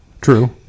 True